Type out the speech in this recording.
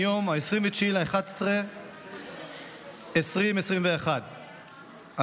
מיום 29 בנובמבר 2021,